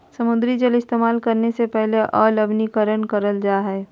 समुद्री जल इस्तेमाल करे से पहले अलवणीकरण करल जा हय